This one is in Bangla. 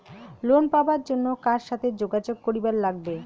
লোন পাবার জন্যে কার সাথে যোগাযোগ করিবার লাগবে?